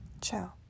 Ciao